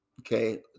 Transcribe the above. Okay